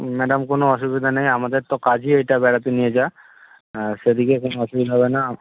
madam কোনো অসুবিধা নেই আমাদের তো কাজই এইটা বেড়াতে নিয়ে যাওয়া সেদিকে কোনো অসুবিধা হবে না